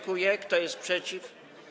Kto jest przeciw?